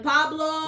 Pablo